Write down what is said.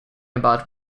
about